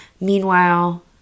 Meanwhile